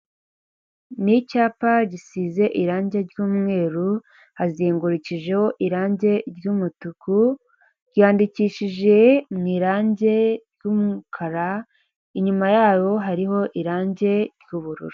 Ni icyapa gisize irangi ry'mweru azengurukijeho irangi ry'umutuku ryandikishije mu irangi ry'umukara inyuma yabo hariho irangi ry'ububururu.